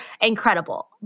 incredible